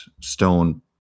stone